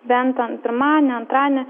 bent ten pirmadienį antradienį